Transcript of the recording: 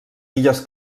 illes